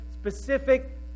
specific